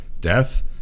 death